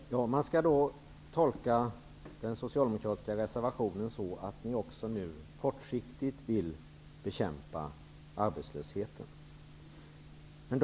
Herr talman! Man skall alltså tolka den socialdemokratiska reservationen så att ni också nu kortsiktigt vill bekämpa arbetslösheten.